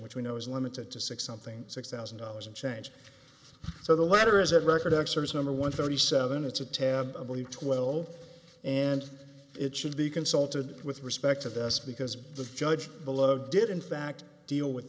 which we know is limited to six something six thousand dollars and change so the letter is at record x or one thirty seven it's a tab twelve and it should be consulted with respect to this because the judge below did in fact deal with